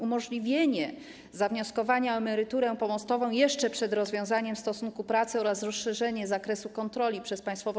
Umożliwienie zawnioskowania o emeryturę pomostową jeszcze przed rozwiązaniem stosunku pracy oraz rozszerzenie zakresu kontroli przez Państwową